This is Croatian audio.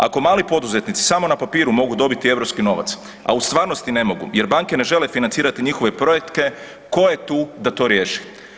Ako mali poduzetnici samo na papiru mogu dobiti europski novac, a u stvarnosti ne mogu jer banke ne žele financirati njihove projekte tko je tu da to riješi?